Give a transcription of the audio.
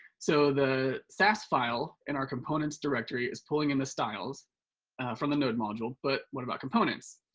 so the saas file in our components directory is pulling in the styles from the node module, but what about components?